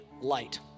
light